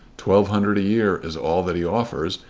twelve hundred a year is all that he offers,